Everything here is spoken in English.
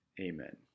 Amen